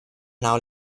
now